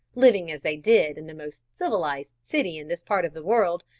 living as they did in the most civilized city in this part of the world,